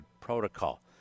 protocol